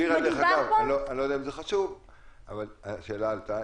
אני לא יודע אם זה חשוב אבל השאלה עלתה,